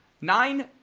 Nine